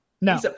no